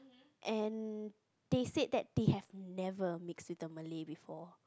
and they said that they have never mixed with the Malay before